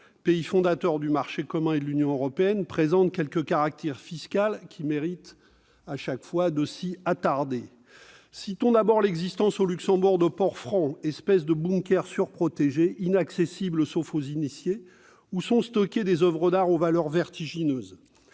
pays fondateur du marché commun et de l'Union européenne, présente quelques caractéristiques fiscales qui méritent que l'on s'y attarde. C'est vrai ! Citons, d'abord, l'existence au Luxembourg de ports francs, espèces de bunkers surprotégés, inaccessibles sauf aux initiés, où sont stockées des oeuvres d'art à la valeur vertigineuse.